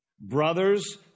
Brothers